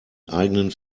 eigenen